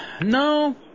No